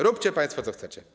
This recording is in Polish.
Róbcie państwo, co chcecie.